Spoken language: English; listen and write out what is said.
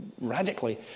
radically